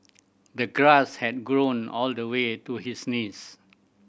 the grass had grown all the way to his knees